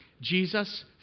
Jesus